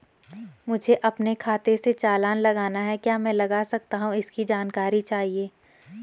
मुझे अपने खाते से चालान लगाना है क्या मैं लगा सकता हूँ इसकी जानकारी चाहिए?